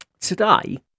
today